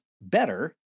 better